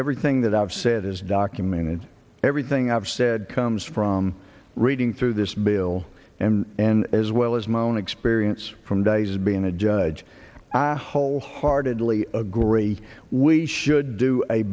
everything that i've said is documented everything i've said comes from reading through this bill and as well as my own experience from days being a judge i wholeheartedly agree we should do a